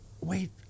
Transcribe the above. wait